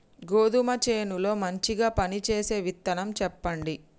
గోధుమ చేను లో మంచిగా పనిచేసే విత్తనం చెప్పండి?